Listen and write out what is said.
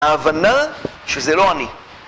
ההבנה שזה לא אני